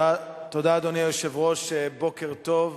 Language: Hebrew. אדוני היושב-ראש, תודה, בוקר טוב,